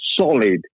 solid